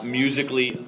musically